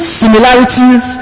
similarities